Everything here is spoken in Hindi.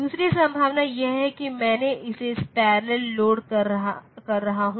दूसरी संभावना यह है कि मैं इसे पैरेलल लोड कर रहा हूं